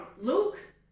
Luke